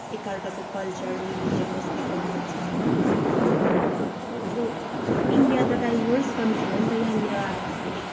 एकार्काको culture religion respect गर्नुपर्छ होइन अन्त अब इन्डिया त डाइभर्स कन्ट्री हो नि त यहाँनिर अब तपाईँले